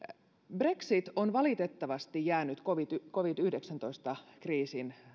brexit on valitettavasti jäänyt covid covid yhdeksäntoista kriisin